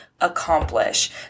accomplish